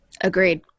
Agreed